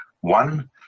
one